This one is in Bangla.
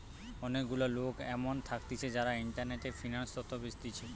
অনেক গুলা লোক এমন থাকতিছে যারা ইন্টারনেটে ফিন্যান্স তথ্য বেচতিছে